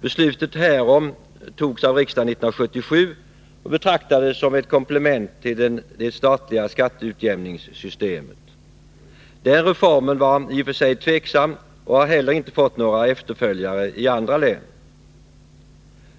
Beslutet härom togs av riksdagen 1977 och betraktades som ett komplement till det statliga skatteutjämningssystemet. Den reformen var i och för sig tveksam, och den har heller inte fått några efterföljare i andra län.